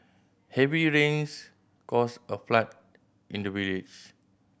heavy rains caused a flood in the village